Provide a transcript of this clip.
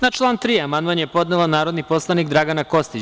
Na član 3. amandman je podnela narodni poslanik Dragana Kostić.